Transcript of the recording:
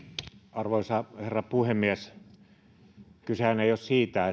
arvoisa herra puhemies kysehän ei ole siitä